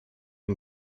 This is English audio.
and